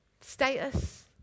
status